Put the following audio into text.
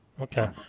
Okay